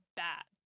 bad